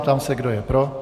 Ptám se, kdo je pro.